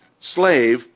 slave